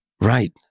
right